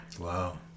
Wow